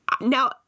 Now